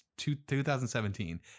2017